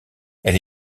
elle